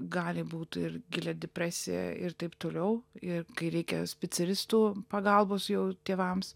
gali būt ir gilia depresija ir taip toliau ir kai reikia specialistų pagalbos jau tėvams